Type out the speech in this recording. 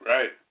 Right